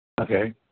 Okay